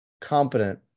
competent